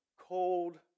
cold